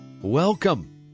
Welcome